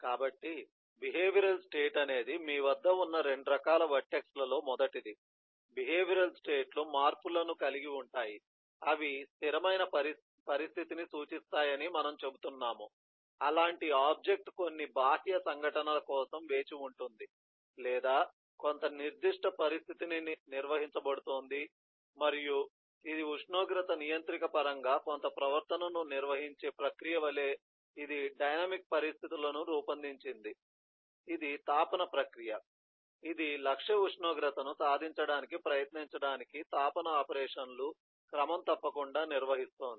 కాబట్టి behavioural state అనేది మీ వద్ద ఉన్న 2 రకాల వర్టెక్స్ లలో మొదటిది బిహేవియరల్ స్టేట్ లు మార్పులను కలిగి ఉంటాయి అవి స్థిరమైన పరిస్థితిని సూచిస్తాయని మనము చెబుతున్నాము అలాంటి ఆబ్జెక్ట్ కొన్ని బాహ్య సంఘటనల కోసం వేచి ఉంటుంది లేదా కొంత నిర్దిష్ట పరిస్థితి ని నిర్వహించబడుతోంది మరియు ఇది ఉష్ణోగ్రత నియంత్రిక పరంగా కొంత ప్రవర్తనను నిర్వహించే ప్రక్రియ వలె ఇది డైనమిక్ పరిస్థితులను రూపొందించింది ఇది తాపన ప్రక్రియ ఇది లక్ష్య ఉష్ణోగ్రతను సాధించడానికి ప్రయత్నించడానికి తాపన ఆపరేషన్ను క్రమం తప్పకుండా నిర్వహిస్తోంది